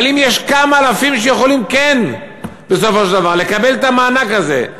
אבל אם יש כמה אלפים שכן יכולים בסופו של דבר לקבל את המענק הזה,